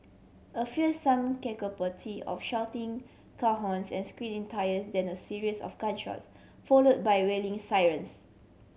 a fearsome of shouting car horns and screeching tyres then a series of gunshots follow by wailing sirens